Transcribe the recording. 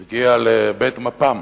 הוא הגיע לבית מפ"ם,